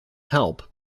help